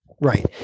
Right